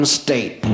state